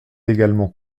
également